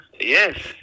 Yes